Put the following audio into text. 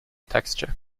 texture